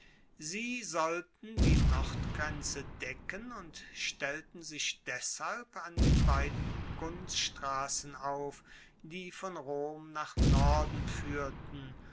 sie sollten die nordgrenze decken und stellten sich deshalb an den beiden kunststrassen auf die von rom nach norden fuehrten